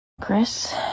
Chris